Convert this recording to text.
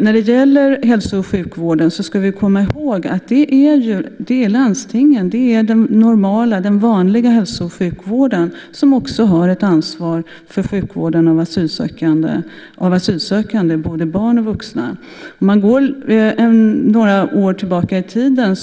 Vi ska komma ihåg att landstingen har ansvaret för den normala hälso och sjukvården och också har ansvaret för sjukvården av asylsökande, både barn och vuxna. Några år tillbaka i tiden